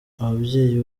ababyeyi